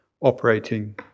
operating